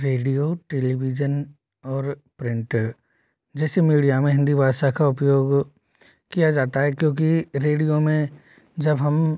radio television और printer जैसे media में हिंदी भाषा का उपयोग किया जाता है क्योंकि रेडियो में जब हम